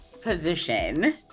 position